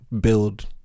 build